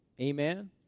Amen